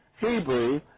Hebrew